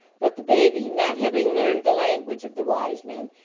but the baby, not having learned the language of the wise men,